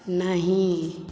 नहि